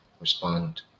respond